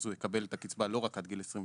הוא יקבל את הקצבה לא רק עד גיל 21,